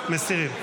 מסירים.